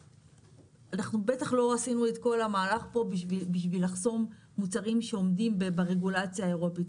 אנחנו בטח לא עשינו את כל המהלך במוצרים שעומדים ברגולציה האירופית,